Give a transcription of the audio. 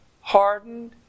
hardened